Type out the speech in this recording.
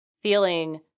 feeling